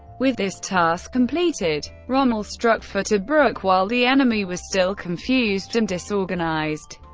with this task completed, rommel struck for tobruk while the enemy was still confused and disorganised.